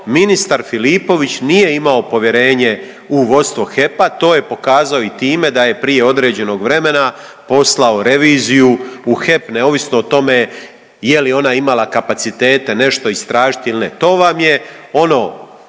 ministar Filipović nije imao povjerenje u vodstvo HEP-a. To je pokazao i time da je prije određenog vremena poslao reviziju u HEP neovisno o tome je li ona imala kapacitete nešto istražiti ili ne. To vam je ono